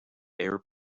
air